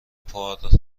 پارادایم